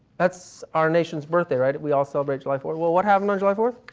that's our nation's birthday, right? we all celebrate july fourth. well, what happened on july fourth?